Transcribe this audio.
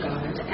God